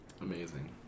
Amazing